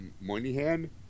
Moynihan